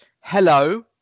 Hello